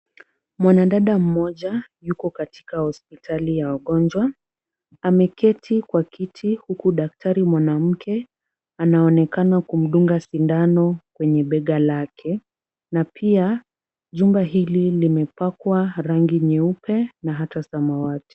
Mwanadada mmoja yuko katika hospitali ya wagonjwa. Ameketi kwa kiti huku daktari mwanamke anaonekana kumdunga sindano kwenye bega lake na pia jumba hili limepakwa rangi nyeupe na ata samawati.